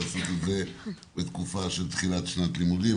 לעשות את זה בתקופה של תחילת שנת לימודים.